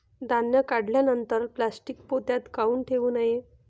धान्य काढल्यानंतर प्लॅस्टीक पोत्यात काऊन ठेवू नये?